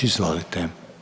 Izvolite.